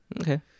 Okay